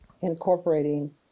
incorporating